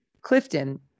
Clifton